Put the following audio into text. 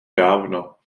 dávno